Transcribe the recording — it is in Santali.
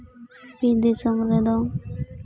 ᱵᱤᱨ ᱫᱤᱥᱚᱢ ᱨᱮᱫᱚ